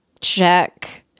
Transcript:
check